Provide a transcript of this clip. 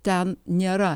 ten nėra